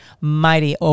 mighty